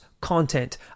content